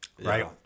right